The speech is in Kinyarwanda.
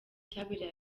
cyabereye